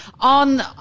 on